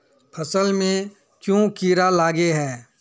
फसल में क्याँ कीड़ा लागे है?